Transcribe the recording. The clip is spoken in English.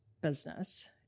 business